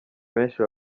benshi